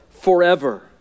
Forever